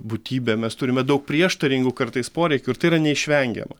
būtybė mes turime daug prieštaringų kartais poreikių ir tai yra neišvengiama